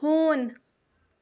ہوٗن